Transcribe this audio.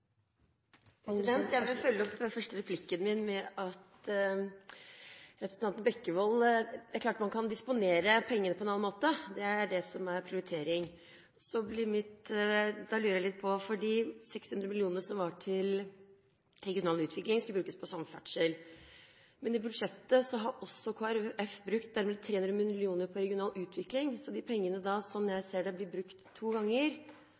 fast. Jeg vil følge opp den første replikken min til representanten Bekkevold. Det er klart at man kan disponere pengene på en annen måte – det er det som er prioritering. Men jeg lurer litt på de 600 mill. kr som skulle gå til regional utvikling, og som skulle brukes på samferdsel. I budsjettet har også Kristelig Folkeparti brukt nærmere 300 mill. kr på regional utvikling, så pengene blir, slik jeg ser det, brukt to ganger.